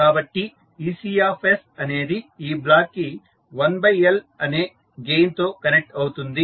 కాబట్టి Ec అనేది ఈ బ్లాక్ కి 1L అనే గెయిన్ తో కనెక్ట్ అవుతుంది